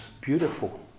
beautiful